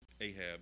Ahab